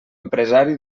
empresari